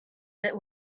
that